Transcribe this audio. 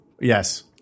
Yes